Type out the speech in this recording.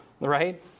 right